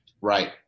Right